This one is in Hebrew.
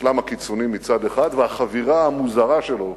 האסלאם הקיצוני מצד אחד, והחבירה המוזרה שלו,